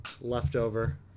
Leftover